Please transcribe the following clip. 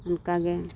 ᱚᱱᱠᱟᱜᱮ